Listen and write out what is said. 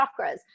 chakras